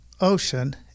ocean